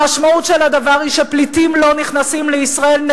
המשמעות של הדבר היא שפליטים לא נכנסים לישראל.